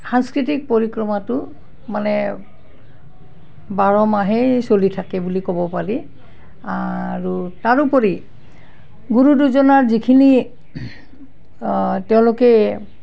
সাংস্কৃতিক পৰিক্ৰমাটো মানে বাৰ মাহেই চলি থাকে বুলি ক'ব পাৰি আৰু তাৰোপৰি গুৰু দুজনাৰ যিখিনি তেওঁলোকে